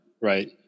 Right